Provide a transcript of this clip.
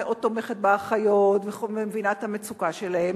מאוד תומכת באחיות ומבינה את המצוקה שלהן,